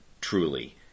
truly